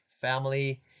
family